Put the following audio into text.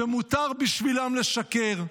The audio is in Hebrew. שמותר בשבילם לשקר,